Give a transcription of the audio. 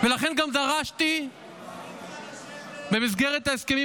ולכן גם דרשתי במסגרת ההסכמים